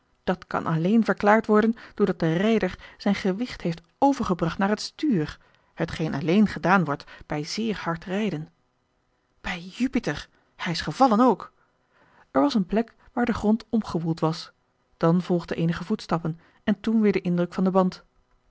dat kan alleen verklaard worden doordat de rijder zijn gewicht heeft overgebracht naar het stuur hetgeen alleen gedaan wordt bij zeer hard rijden bij jupiter hij is gevallen ook er was een plek waar de grond omgewoeld was dan volgden eenige voetstappen en toen weer de indruk van den band